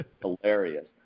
Hilarious